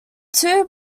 two